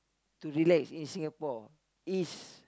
to relax in Singapore is